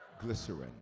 glycerin